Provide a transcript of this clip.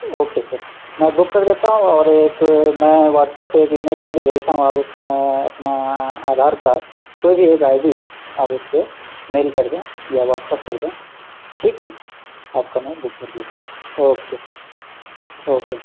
okay sir میں book کر دیتا ہوں اور ایک میں واٹس ایپ پہ ایک ای میل آئی ڈی بھیجتا ہوں آپ اس میں اپنا آدھار کارڈ کوئی بھی ایک آئی ڈی آپ اس پہ میل کر دیں یا واٹس ایپ کر دیں ٹھیک ہے آپ کا میں بک کر دیتا ہوں اوکے اوکے